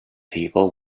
people